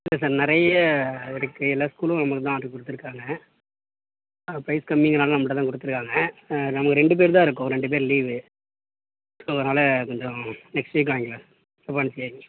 இல்லை சார் நிறைய இருக்குது எல்லா ஸ்கூலும் நம்மள்ட்ட தான் ஆர்டரு கொடுத்துருக்காங்க ஆ ப்ரைஸ் கம்மிங்கிறதுனால நம்மள்ட்டதான் கொடுத்துருக்காங்க ஆ நமக்கு ரெண்டு பேர் தான் இருக்கோம் ரெண்டு பேர் லீவு ஸோ அதனால கொஞ்சம் நெக்ஸ்ட் வீக் வாங்கிக்கலாம் தப்பாக நினைச்சிக்காதீங்க